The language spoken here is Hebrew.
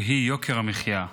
שהוא יוקר המחיה.